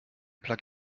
plug